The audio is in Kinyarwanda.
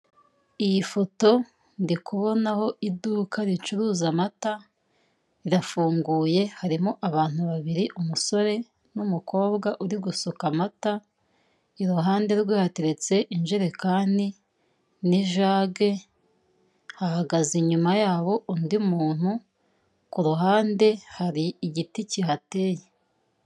Iyi foto, ndi kubonaho iduka ricuruza amata, rirafunguye, harimo abantu babiri; umusore n'umukobwa uri gusuka amata, iruhande rwe hateretse injerekani n'ijage, hahagaze inyuma y'aho undi muntu, ku ruhande hari igiti kihateya.